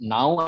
Now